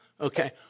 Okay